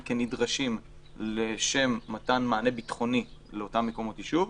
כנדרשים לשם מתן מענה ביטחוני לאותם מקומות ישוב,